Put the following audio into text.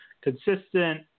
consistent